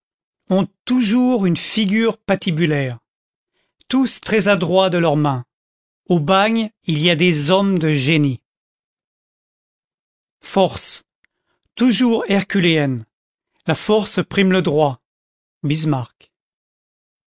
ont toujours une figure patibulaire tous très adroits de leurs mains au bagne il y a des hommes de génie force toujours herculéenne la force prime le droit